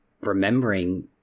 remembering